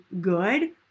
good